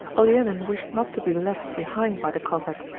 olenin wished not to be left behind by the cossacks,